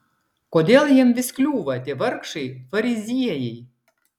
kodėl jam vis kliūva tie vargšai fariziejai